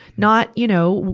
not, you know,